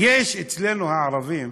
יש אצלנו הערבים,